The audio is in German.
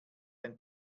ein